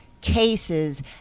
cases